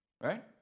Right